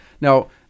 Now